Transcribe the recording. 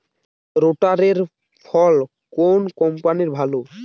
রোটারের ফল কোন কম্পানির ভালো?